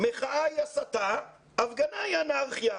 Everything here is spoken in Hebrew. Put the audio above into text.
מחאה היא הסתה, הפגנה היא אנרכיה".